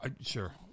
Sure